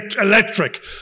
electric